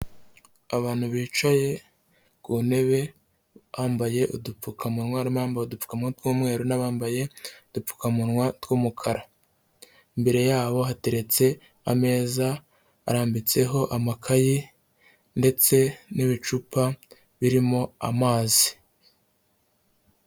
Abantu bicaye ku ntebe bambaye udupfukamuwa, harimo abambaye udupfukama tw'umweru n'abambaye udupfukamunwa tw'umukara. Imbere yabo hateretse ameza arambitseho amakayi ndetse n'ibicupa birimo amazi.